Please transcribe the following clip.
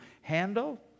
handle